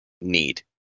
need